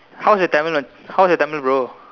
how's your Tamil one how's your Tamil bro